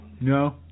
No